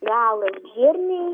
gal žirniai